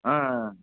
ஆ ஆ